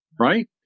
Right